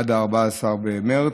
עד 14 במרס.